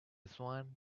swan